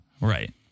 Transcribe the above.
Right